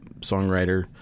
songwriter